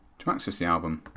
to access the album,